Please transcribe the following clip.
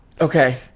Okay